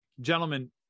gentlemen